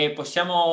possiamo